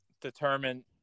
determine